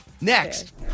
Next